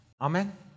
Amen